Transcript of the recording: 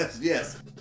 Yes